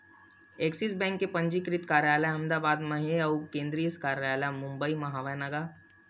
Axis Bank के पंजीकृत कारयालय अहमदाबाद म हे अउ केंद्रीय कारयालय मुबई म हवय न गा